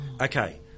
Okay